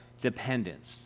dependence